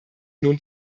nun